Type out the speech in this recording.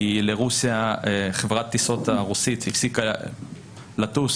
כי לרוסיה חברת הטיסות הרוסית הפסיקה לטוס,